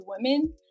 women